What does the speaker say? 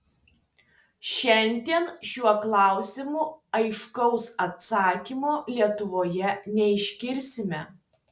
šiandien šiuo klausimu aiškaus atsakymo lietuvoje neišgirsime